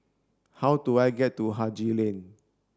how do I get to Haji Lane